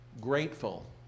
grateful